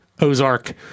Ozark